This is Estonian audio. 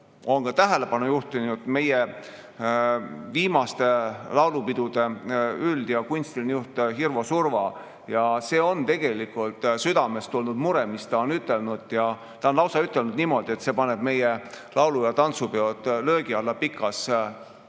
on tähelepanu juhtinud meie viimaste laulupidude üld- ja kunstiline juht Hirvo Surva. Need on tegelikult südamest tulnud muresõnad, mis ta on ütelnud, ja ta on ütelnud lausa niimoodi, et see paneb meie laulu- ja tantsupeod löögi alla pikas